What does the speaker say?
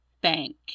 bank